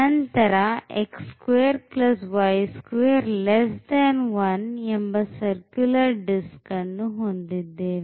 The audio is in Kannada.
ನಂತರ ಎಂಬ circular disc ಅನ್ನು ಹೊಂದಿದ್ದೇವೆ